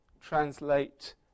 translate